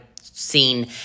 seen